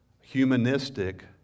humanistic